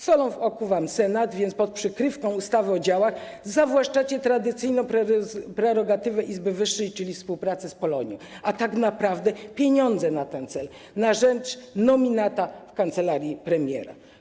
Solą w oku wam Senat, więc pod przykrywką ustawy o działach zawłaszczacie tradycyjną prerogatywę izby wyższej, czyli współpracę z Polonią, a tak naprawdę pieniądze na ten cel idą na rzecz nominata w kancelarii premiera.